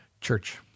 church